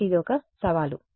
కాబట్టి ఇది ఒక సవాలు